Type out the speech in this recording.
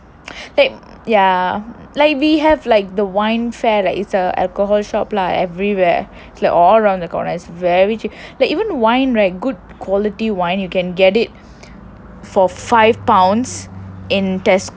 like yea like we have like the wine fair like is like alcohol shop lah everywhere is all round the corners very cheap like even wine right good quality wine you can get it for four five pounds in tesco